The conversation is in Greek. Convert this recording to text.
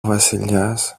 βασιλιάς